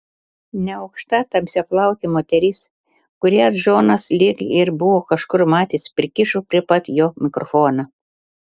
neaukšta tamsiaplaukė moteris kurią džonas lyg ir buvo kažkur matęs prikišo prie pat jo mikrofoną